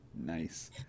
Nice